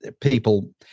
people